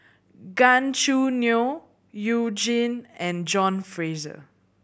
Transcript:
Gan Choo Neo You Jin and John Fraser